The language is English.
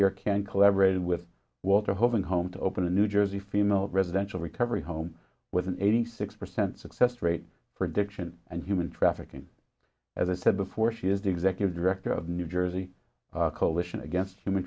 can collaborated with water hovan home to open a new jersey female residential recovery home with an eighty six percent success rate for addiction and human trafficking as i said before she is the executive director of new jersey coalition against human